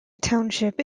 township